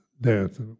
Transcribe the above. death